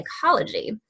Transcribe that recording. psychology